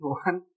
one